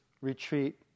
retreat